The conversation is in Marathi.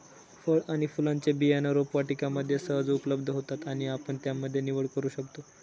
फळ आणि फुलांचे बियाणं रोपवाटिकेमध्ये सहज उपलब्ध होतात आणि आपण त्यामध्ये निवड करू शकतो